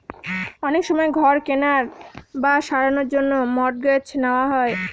অনেক সময় ঘর কেনার বা সারানোর জন্য মর্টগেজ নেওয়া হয়